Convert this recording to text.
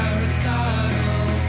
Aristotle